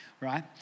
right